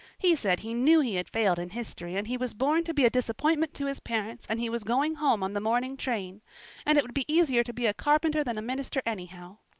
he said he knew he had failed in history and he was born to be a disappointment to his parents and he was going home on the morning train and it would be easier to be a carpenter than a minister, anyhow.